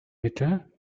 mittel